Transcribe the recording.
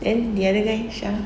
then the other guy shah